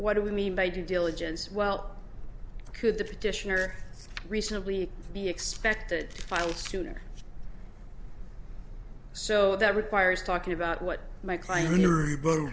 what do we mean by due diligence well could the petitioner reasonably be expected to file suit so that requires talking about what my client